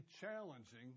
challenging